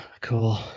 Cool